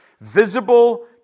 visible